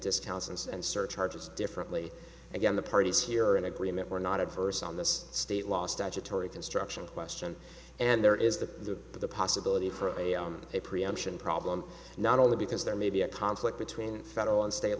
discounts and surcharges differently again the parties here in agreement were not adverse on this state law statutory construction question and there is the possibility for a preemption problem not only because there may be a conflict between federal and state